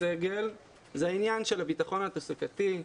הסגל זה העניין של הביטחון התעסוקתי,